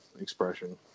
expression